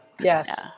Yes